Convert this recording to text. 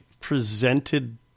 presented